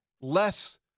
less